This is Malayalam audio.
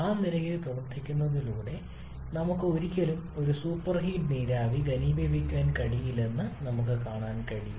ആ നിലയിൽ പ്രവർത്തിക്കുന്നതിലൂടെ നമുക്ക് ഒരിക്കലും ഒരു സൂപ്പർഹീഡ് നീരാവി ഘനീഭവിപ്പിക്കാൻ കഴിയില്ലെന്ന് നമുക്ക് കാണാൻ കഴിയും